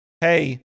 hey